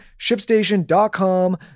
ShipStation.com